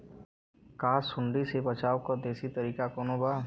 का सूंडी से बचाव क देशी तरीका कवनो बा?